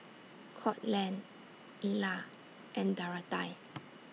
Courtland Illya and Dorathy